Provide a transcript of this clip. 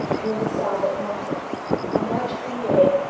in the south atlantic on march twenty eight,